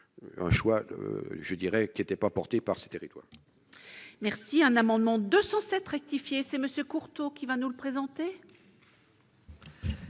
un choix je dirais qu'il n'était pas portée par ces territoires. Merci, un amendement 207 rectifié, c'est monsieur Courteau qui va nous le présenter.